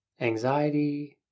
Anxiety